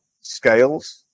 scales